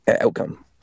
outcome